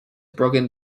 broken